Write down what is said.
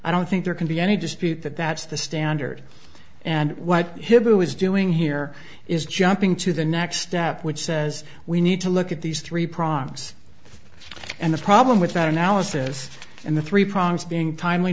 i don't think there can be any dispute that that's the standard and what hitler was doing here is jumping to the next step which says we need to look at these three prongs and the problem with that analysis and the three prongs being timely